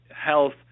health